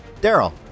daryl